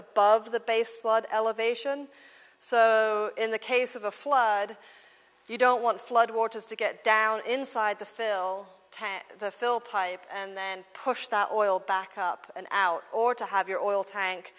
above the base flood elevation so in the case of a flood if you don't want flood waters to get down inside the fill the fill pipe and then push that oil back up and out or to have your oil tank